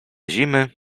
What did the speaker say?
zimy